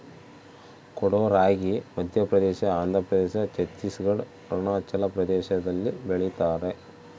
ಕೊಡೋ ರಾಗಿ ಮಧ್ಯಪ್ರದೇಶ ಆಂಧ್ರಪ್ರದೇಶ ಛತ್ತೀಸ್ ಘಡ್ ಅರುಣಾಚಲ ಪ್ರದೇಶದಲ್ಲಿ ಬೆಳಿತಾರ